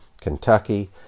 Kentucky